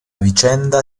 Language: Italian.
vicenda